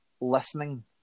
listening